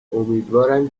امیدوارم